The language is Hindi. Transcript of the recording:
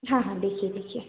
हाँ हाँ देखिए देखिए